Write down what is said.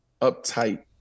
uptight